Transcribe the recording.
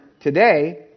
today